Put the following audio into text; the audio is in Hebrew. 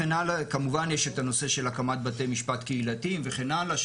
כמובן יש את הנושא של הקמת בתי משפט קהילתיים וכן האלה.